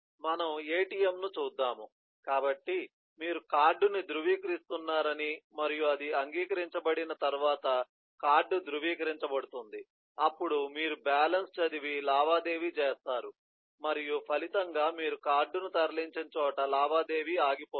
మనము ATM ను చూద్దాము కాబట్టి మీరు కార్డును ధృవీకరిస్తున్నారని మరియు అది అంగీకరించబడిన తర్వాత కార్డు ధృవీకరించబడుతుంది అప్పుడు మీరు బ్యాలెన్స్ చదివి లావాదేవీ చేస్తారు మరియు ఫలితంగా మీరు కార్డును తరలించిన చోట లావాదేవీ ఆగిపోతుంది